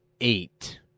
eight